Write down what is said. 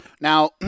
now